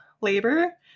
labor